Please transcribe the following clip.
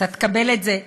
אתה תקבל את זה.